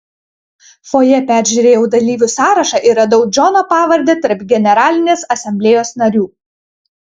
fojė peržiūrėjau dalyvių sąrašą ir radau džono pavardę tarp generalinės asamblėjos narių